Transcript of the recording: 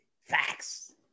Facts